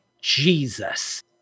Jesus